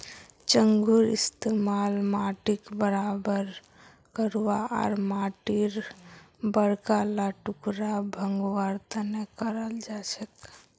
चंघूर इस्तमाल माटीक बराबर करवा आर माटीर बड़का ला टुकड़ा भंगवार तने कराल जाछेक